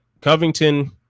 covington